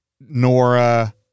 Nora